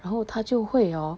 然后他就会 hor